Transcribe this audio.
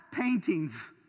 paintings